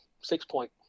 six-point